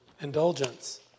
indulgence